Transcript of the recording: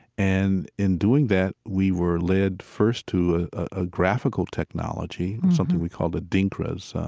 and in doing that, we were led first to a graphical technology, something we called the adinkras.